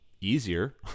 easier